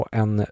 en